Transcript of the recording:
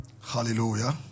hallelujah